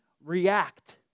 react